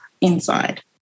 inside